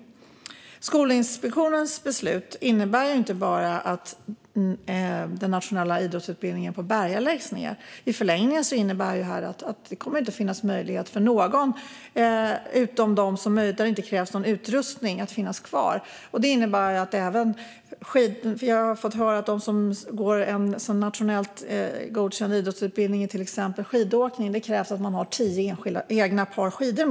Skolinspektionens beslut innebär inte bara att den nationella idrottsutbildningen i Berga läggs ned. I förlängningen innebär det att det inte kommer att finnas möjlighet för någon att finnas kvar, utom möjligen där det inte krävs någon utrustning. Jag har hört att för dem som går en internationellt godkänd idrottsutbildning i till exempel skidåkning krävs att de har tio egna par skidor.